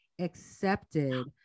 accepted